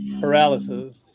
paralysis